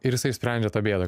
ir jisai sprendžia tą bėdą